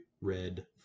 red